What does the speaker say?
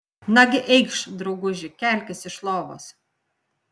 nagi eikš drauguži kelkis iš lovos